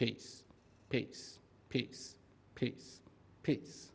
peace peace peace peace peace